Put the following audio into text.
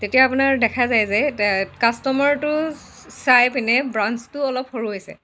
তেতিয়া আপোনাৰ দেখা যায় যে কাষ্টমাৰটো চাই পিনে ব্ৰাঞ্চটো অলপ সৰু হৈছে